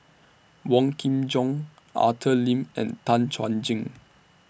Wong Kin Jong Arthur Lim and Tan Chuan Jin